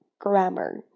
grammar